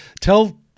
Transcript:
Tell